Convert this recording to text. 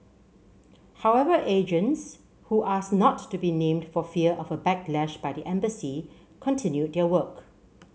however agents who asked not to be named for fear of a backlash by the embassy continued their work